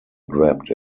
grabbed